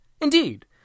Indeed